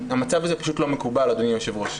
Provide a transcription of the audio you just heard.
המצב הזה הוא פשוט לא מקובל, אדוני היושב ראש.